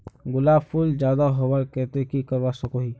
गुलाब फूल ज्यादा होबार केते की करवा सकोहो ही?